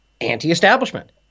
anti-establishment